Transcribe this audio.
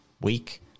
week